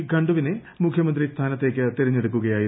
ഖണ്ഡുവിനെ മുഖ്യമന്ത്രി സ്ഥാനത്തേയ്ക്ക് തെരുങ്ങ്കൂടുക്കുകയായിരുന്നു